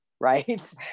right